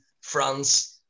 France